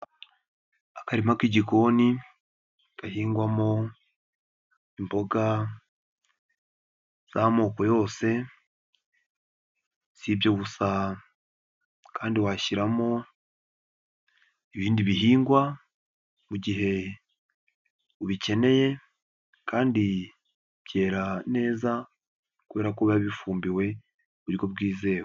Akarima k'igikoni gahingwamo imboga z'amoko yose, s'ibyo gusa kandi washyiramo ibindi bihingwa, mu gihe ubikeneye kandi byera neza kubera ko biba bifumbiwe mu buryo bwizewe.